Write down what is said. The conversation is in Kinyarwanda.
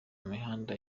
mihanda